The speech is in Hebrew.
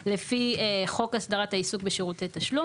לפי חוק הסדרת העיסוק בשירותי תשלום.